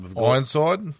Ironside